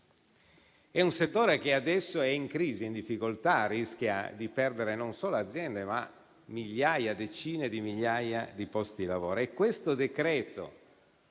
È un settore che adesso è in crisi e in difficoltà, rischia di perdere non solo aziende, ma decine di migliaia di posti di lavoro.